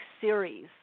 series